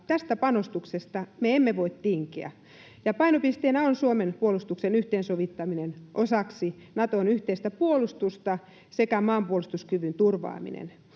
tästä panostuksesta me emme voi tinkiä. Painopisteenä on Suomen puolustuksen yhteensovittaminen osaksi Naton yhteistä puolustusta sekä maanpuolustuskyvyn turvaaminen.